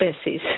species